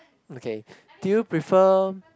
okay do you prefer